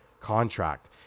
contract